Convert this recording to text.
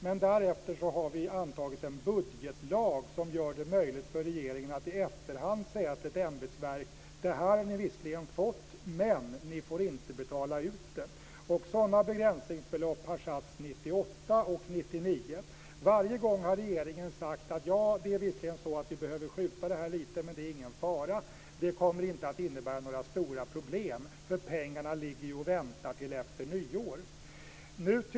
Men vi har antagit en budgetlag som gör det möjligt för regeringen att i efterhand säga till ett ämbetsverk att denna summa har de fått, men de får inte betala ut den. Sådana begränsningsbelopp sattes för 1998 och har satts för 1999. Varje gång har regeringen sagt att man behöver skjuta upp beslutet lite grann, men det är ingen fara, det kommer inte att innebära några stora problem - pengarna ligger och väntar till efter nyår.